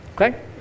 Okay